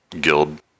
guild